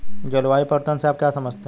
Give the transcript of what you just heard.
जलवायु परिवर्तन से आप क्या समझते हैं?